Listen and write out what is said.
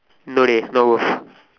no leh not worth